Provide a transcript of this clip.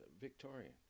Victorian